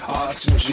Austin